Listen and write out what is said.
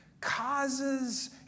causes